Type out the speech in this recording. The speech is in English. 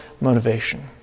motivation